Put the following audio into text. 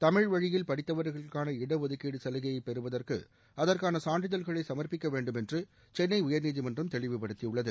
தமிழ்வழியில் படித்தவர்களுக்கான இட ஒதுக்கீடு சலுகையைப் பெறுவதற்கு அதற்கான சான்றிதழ்களை சமர்ப்பிக்க வேண்டுமென்று சென்னை உயர்நீதிமன்றம் தெளிவுபடுத்தியுள்ளது